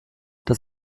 das